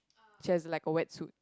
she has like a wet suit